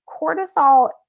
cortisol